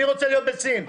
אני רוצה להיות בסין.